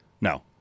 No